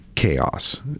chaos